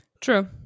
True